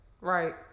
right